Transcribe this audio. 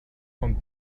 von